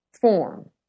form